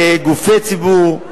גופי ציבור,